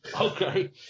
Okay